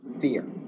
fear